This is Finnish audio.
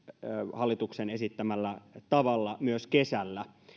hallituksen esittämällä tavalla myös kesällä